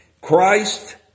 Christ